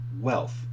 wealth